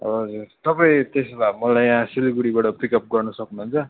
हजुर तपाईँ त्यसो भए मलाई यहाँ सिलगढीबाट पिकअप गर्नु सक्नुहुन्छ